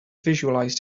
visualized